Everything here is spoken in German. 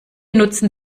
nutzen